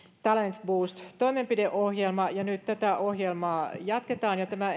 talent boost toimenpideohjelma ja nyt tätä ohjelmaa jatketaan tämä